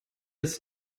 ist